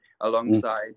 alongside